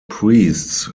priests